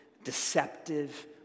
Deceptive